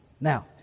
Now